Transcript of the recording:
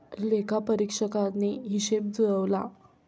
लेखापरीक्षकाने हिशेब जुळवला